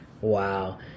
Wow